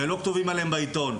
ולא כותבים עליהם בעיתון.